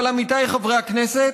אבל, עמיתיי חברי הכנסת,